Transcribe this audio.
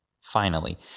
Finally